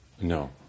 No